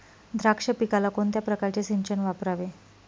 द्राक्ष पिकाला कोणत्या प्रकारचे सिंचन वापरावे?